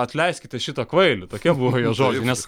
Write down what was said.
atleiskite šitą kvailį tokie buvo jo žodžiai nes